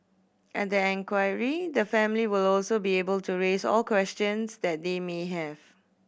at the inquiry the family will also be able to raise all questions that they may have